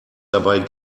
dabei